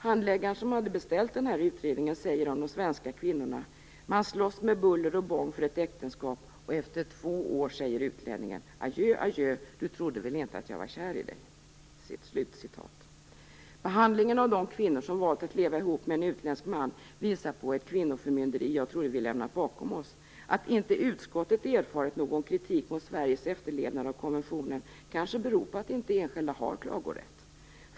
Handläggaren som hade beställt den här utredningen säger om de svenska kvinnorna: "Man slåss med buller och bång för ett äktenskap, och efter två år säger utlänningen: 'Adjö, adjö. Du trodde väl inte jag var kär i dag?'" Behandlingen av de kvinnor som valt att leva ihop med en utländsk man visar på ett kvinnoförmynderi som jag trodde att vi hade lämnat bakom oss. Att inte utskottet erfarit någon kritik mot Sveriges efterlevnad av konventionen kanske beror på att enskilda inte har klagorätt.